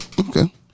Okay